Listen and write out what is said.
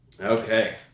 Okay